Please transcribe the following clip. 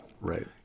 Right